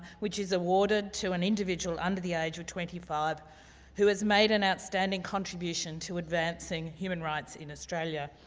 which is awarded to an individual under the age of twenty five who has made an outstanding contribution to advancing human rights in australia.